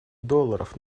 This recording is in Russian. долларов